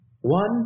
One